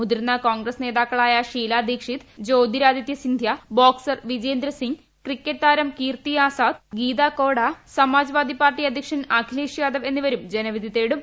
മുതിർന്ന കോൺഗ്രസ് നേതാക്കളായ Sheila Dikshit Jyotiraditya Scindia boxer Vijender Singh cricket താരം കീർത്തി ആസാദ് ഗീത കോര സമാജ്വാദി പാർട്ടി അധ്യക്ഷൻ അഖിലേഷ് യാദവ് എന്നിവരും ജനവിധി തേടും